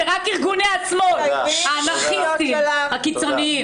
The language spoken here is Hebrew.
זה רק ארגוני השמאל האנרכיסטים, הקיצוניים.